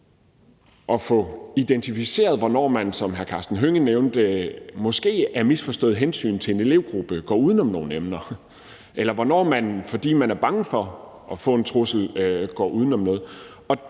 at få identificeret, hvornår man, som hr. Karsten Hønge nævnte det, måske af misforstået hensyn til en elevgruppe går uden om nogle emner, eller hvornår man, fordi man er bange for at modtage en trussel, går uden om noget.